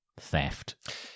theft